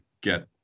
get